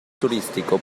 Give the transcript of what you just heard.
turístico